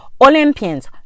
Olympians